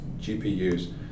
GPUs